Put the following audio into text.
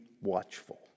watchful